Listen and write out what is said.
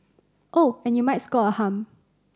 oh and you might score a hum